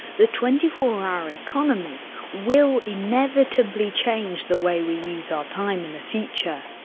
the twenty four hour economy will inevitably change the way we use our time in the future.